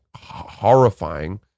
horrifying